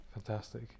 Fantastic